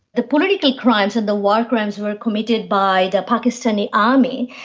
the political crimes and the war crimes were committed by the pakistani army.